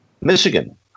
Michigan